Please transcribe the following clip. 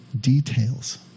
details